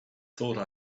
thought